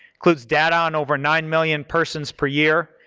includes data on over nine million persons per year,